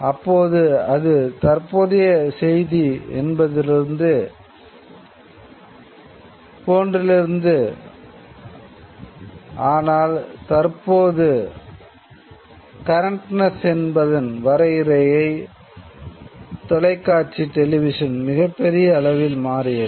அப்போது அது தற்போதையச் செய்தி மிகப்பெரிய அளவில் மாறியது